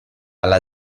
alla